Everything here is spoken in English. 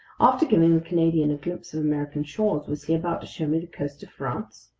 after giving the canadian a glimpse of american shores, was he about to show me the coast of france?